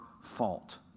fault